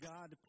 God